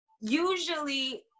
usually